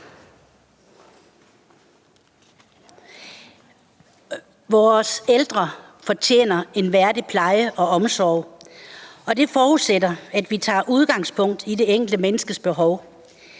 Vores ældre fortjener en værdig pleje og omsorg, og det forudsætter, at vi tager udgangspunkt i det enkelte menneskes behov.